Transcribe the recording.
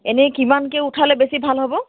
এনেই কিমানকৈ উঠালে বেছি ভাল হ'ব